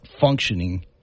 functioning